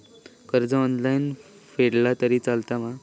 कर्ज ऑनलाइन फेडला तरी चलता मा?